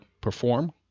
perform